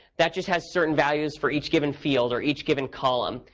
that just has certain values for each given field or each given column.